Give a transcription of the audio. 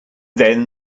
then